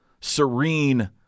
serene